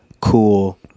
Cool